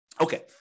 Okay